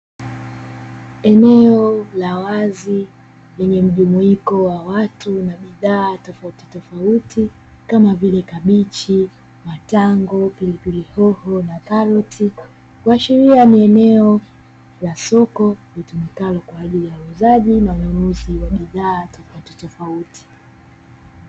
Eneo la wazi lenye mjumuiko wa watu na bidhaa tofautitofauti kama vile: kabichi, matango, pilipili hoho na karoti. Kuashiria ni eneo la soko litumikalo kwa ajili ya uuzaji na manunuzi ya bidhaa tofauti tofauti.